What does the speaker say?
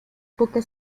poca